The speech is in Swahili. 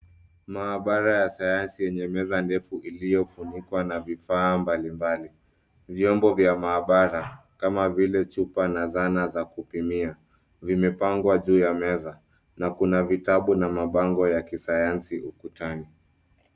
Maabara ya sayansi yenye meza ndefu iliyofunikwa na vifaa mbalimbali. Vyombo vya maabara kama vile chupa na zana za kupimia, vimepangwa juu ya meza na kuna vitabu na mabango ya kisayansi ukutani.